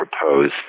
propose